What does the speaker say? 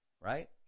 right